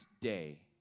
day